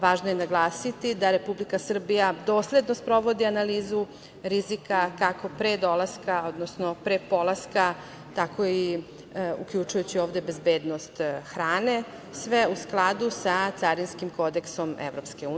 Važno je naglasiti da Republika Srbija dosledno sprovodi analizu rizika, kako pre dolaska odnosno pre polaska, tako i uključujući ovde bezbednost hrane, a sve u skladu sa carinskim kodeksom EU.